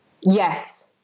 Yes